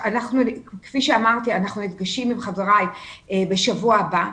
כפי שאמרתי, אנחנו נפגשים עם החברים בשבוע הבא.